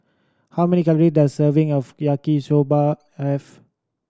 how many calory does a serving of Yaki Soba have